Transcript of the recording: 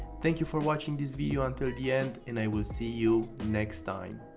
thank you for watching this video until the end and i will see you next time.